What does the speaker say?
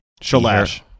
Shalash